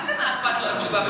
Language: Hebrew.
מה זה מה אכפת לו התשובה?